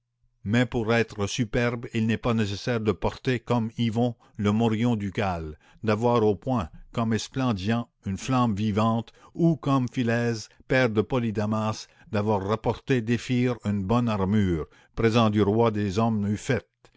mais pour être superbe il n'est pas nécessaire de porter comme yvon le morion ducal d'avoir au poing comme esplandian une flamme vivante ou comme phylès père de polydamas d'avoir rapporté d'éphyre une bonne armure présent du roi des hommes